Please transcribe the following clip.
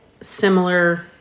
similar